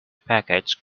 package